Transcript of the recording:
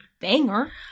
banger